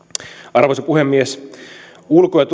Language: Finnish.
arvoisa puhemies ulko ja